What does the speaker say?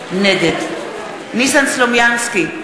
נגד ניסן סלומינסקי,